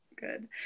good